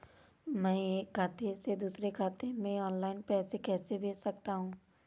मैं एक खाते से दूसरे खाते में ऑनलाइन पैसे कैसे भेज सकता हूँ?